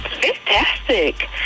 Fantastic